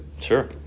Sure